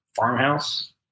farmhouse